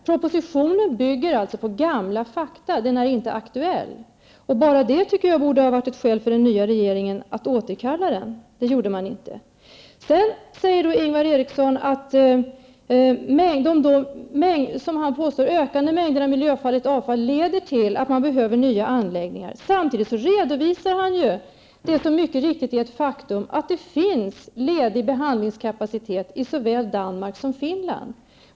Propositionen bygger alltså på gamla fakta, och den är inte aktuell. Bara det tycker jag borde ha varit ett skäl för den nya regeringen att återkalla den. Det gjorde regeringen inte. Sedan säger Ingvar Eriksson att de, som han påstår, ökande mängderna miljöfarligt avfall leder till att man behöver nya anläggningar. Samtidigt redovisar han det som mycket riktigt är ett faktum, nämligen att det finns ledig behandlingskapacitet i såväl Danmark som Finland.